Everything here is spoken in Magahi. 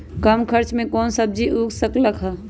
कम खर्च मे कौन सब्जी उग सकल ह?